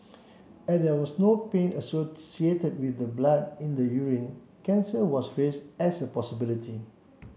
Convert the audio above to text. as there was no pain associated with the blood in the urine cancer was raised as a possibility